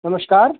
नमस्कार